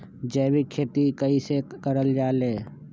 जैविक खेती कई से करल जाले?